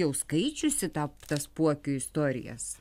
jau skaičiusi tą tas puokių istorijas